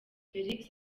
felix